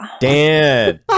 Dan